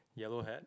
yellow hat